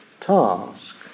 task